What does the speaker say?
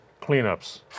cleanups